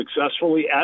successfully